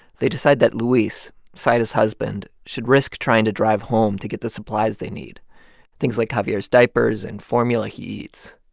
they decide that luis, zaida's husband, should risk trying to drive home to get the supplies they need things like javier's diapers and formula he eats.